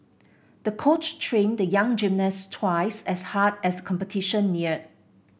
the coach trained the young gymnast twice as hard as the competition neared